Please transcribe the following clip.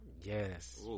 Yes